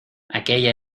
aquella